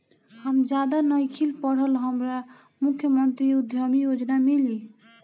हम ज्यादा नइखिल पढ़ल हमरा मुख्यमंत्री उद्यमी योजना मिली?